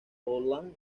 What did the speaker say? boulogne